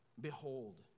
Behold